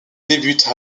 débutent